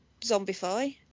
zombify